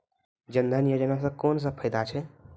जनधन योजना सॅ कून सब फायदा छै?